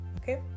okay